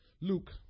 Luke